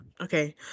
Okay